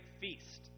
feast